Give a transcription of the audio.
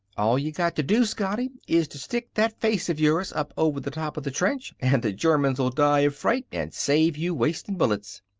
all you got to do, scotty is to stick that face of yours up over the top of the trench and the germans'll die of fright and save you wasting bullets.